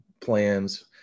plans